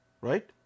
Right